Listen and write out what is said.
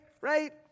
Right